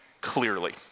clearly